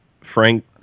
Frank